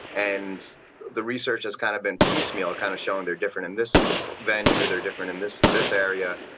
and the research has kind of been piecemeal kind of showing they are different in this venue they are different in this this area.